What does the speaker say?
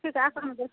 ठीक है आके हम